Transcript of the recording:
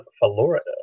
Florida